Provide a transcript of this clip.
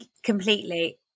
Completely